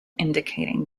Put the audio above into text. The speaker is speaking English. indicating